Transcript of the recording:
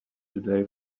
today